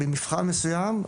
במבחן מסויים,